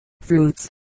fruits